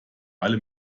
alle